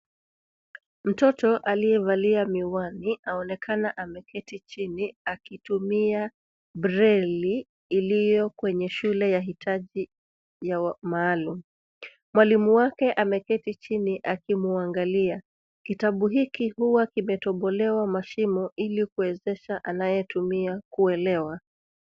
Mtoto aliyevalia miwani aonekana ameketi chini akitumia breli iliyo kwenye shule ya hitaji ya maalum. Mwalimu wake ameketi chini akimwangalia. Kitabu hiki huwa kimetobolewa mashimo ili kuwezesha anayetumia kuelewa.